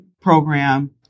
program